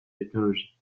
technologie